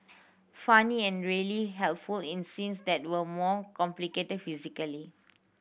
funny and really helpful in scenes that were more complicated physically